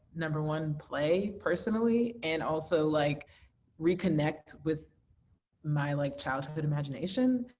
number one, play personally and also like reconnect with my like childhood imagination.